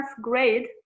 grade